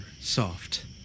soft